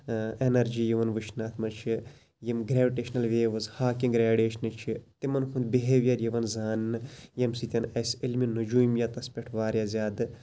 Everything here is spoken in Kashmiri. ایٚنَرجی یِوان وٕچھنہٕ اتھ مَنٛز چھِ یِم گریوِٹیشنَل ویوٕز ہاکِنٛگ ریڈیٲشنہٕ چھِ تِمَن ہُنٛد بِہیویَر یِوان زاننہٕ یمہِ سۭتۍ اَسہِ علمِ نجومیَتَس پٮ۪ٹھ واریاہ زیادٕ